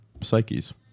psyches